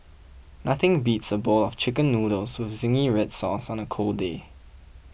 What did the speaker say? nothing beats a bowl of Chicken Noodles with Zingy Red Sauce on a cold day